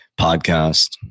Podcast